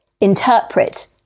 interpret